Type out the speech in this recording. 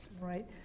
Right